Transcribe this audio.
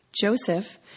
Joseph